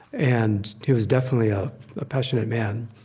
and he was definitely ah a passionate man.